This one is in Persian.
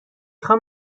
خوام